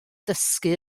dysgu